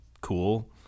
cool